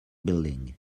building